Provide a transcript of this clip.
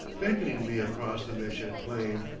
beckoning me across the meshed plain.